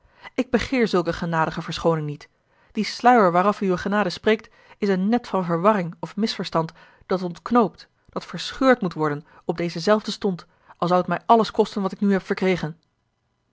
ik begeer zulke genadige verschooning niet die sluier waaraf uwe genade spreekt is een net van verwarring of misverstand dat ontknoopt dat verscheurd moet worden op dezen zelfden stond al zou het mij alles kosten wat ik nu heb verkregen